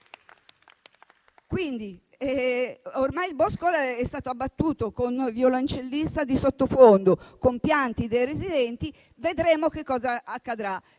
Ormai il bosco è stato abbattuto, con violoncellista di sottofondo e con pianti dei residenti. Vedremo che cosa accadrà.